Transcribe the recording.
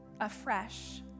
afresh